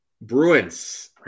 Bruins